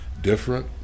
different